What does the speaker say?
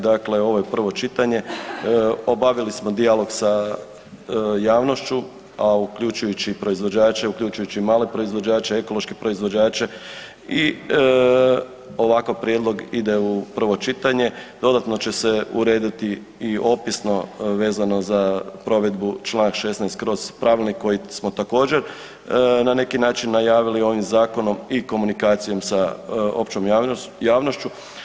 Dakle, ovo je prvo čitanje, obavili smo dijalog sa javnošću a uključujući i proizvođače, uključujući i male proizvođače, ekološke proizvođače i ovakav prijedlog ide u prvo čitanje, dodatno će se urediti i opisno vezano za provedbu čl. 16. kroz pravilnik koji smo također na neki način najavili ovim zakonom i komunikacijom sa općom javnošću.